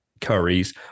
curries